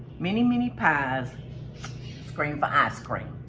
many, many pies scream for ice cream.